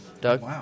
Doug